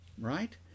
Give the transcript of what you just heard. Right